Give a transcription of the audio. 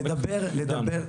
לדבר פה